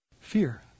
fear